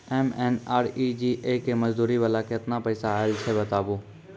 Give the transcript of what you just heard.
MNREGA के मज़दूरी वाला केतना पैसा आयल छै बताबू?